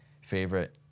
favorite